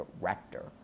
director